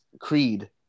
Creed